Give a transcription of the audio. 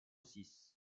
six